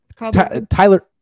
Tyler